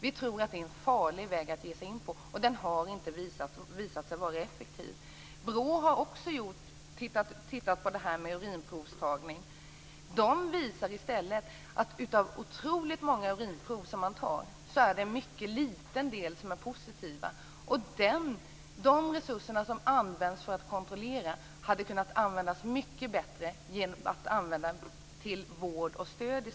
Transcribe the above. Vi tror att det är en farlig väg att ge sig in på, och den har inte visat sig vara effektiv. BRÅ har också tittat på detta med urinprovstagning. Av otroligt många lämnade urinprov är det en mycket liten del som är positiva. De resurser som används för kontroll hade kunnat användas mycket bättre för vård och stöd.